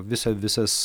visa visas